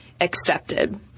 accepted